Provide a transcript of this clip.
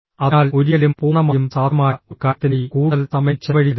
അതിനാൽ ഒരിക്കലും പൂർണ്ണമായും സാധ്യമായ ഒരു കാര്യത്തിനായി കൂടുതൽ സമയം ചെലവഴിക്കരുത്